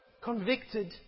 convicted